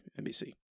NBC